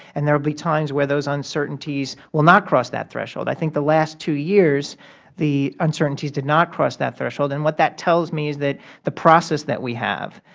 and there will be times where those uncertainties will not cross that threshold. i think the last two years the uncertainties did not cross that threshold, and what that tells me is that the process that we have,